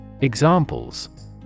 Examples